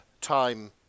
time